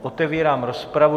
Otevírám rozpravu.